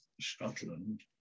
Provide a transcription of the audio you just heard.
Scotland